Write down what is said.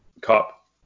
cop